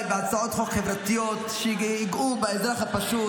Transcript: חברת הכנסת פרידמן,